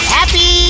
Happy